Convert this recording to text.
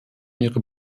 ihre